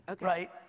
Right